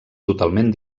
totalment